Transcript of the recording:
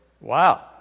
wow